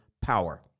power